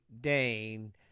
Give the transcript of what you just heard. Dane